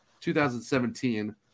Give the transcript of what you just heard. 2017